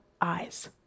eyes